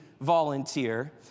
volunteer